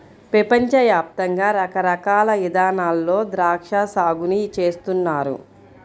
పెపంచ యాప్తంగా రకరకాల ఇదానాల్లో ద్రాక్షా సాగుని చేస్తున్నారు